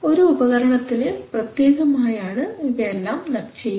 ഒരു ഉപകരണത്തിന് പ്രത്യേകമായാണ് ഇവയെല്ലാം ചെയ്യുന്നത്